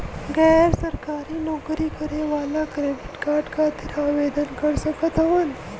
गैर सरकारी नौकरी करें वाला क्रेडिट कार्ड खातिर आवेदन कर सकत हवन?